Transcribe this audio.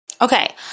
Okay